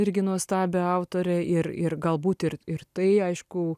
irgi nuostabią autorę ir ir galbūt ir ir tai aišku